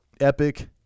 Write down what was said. epic